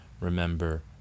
remember